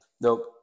Nope